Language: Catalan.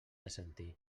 assentir